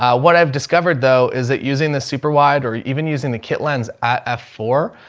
ah what i've discovered though is that using the super wide or even using the kit lens at f four,